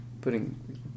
putting